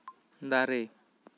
ᱫᱟᱨᱮ